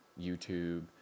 YouTube